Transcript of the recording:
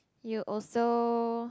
you also